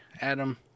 Adam